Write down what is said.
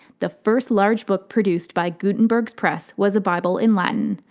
the first large book produced by gutenberg's press was a bible in latin.